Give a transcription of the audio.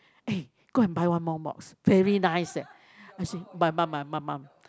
eh go and buy one more box very nice eh I say my mum my mum mum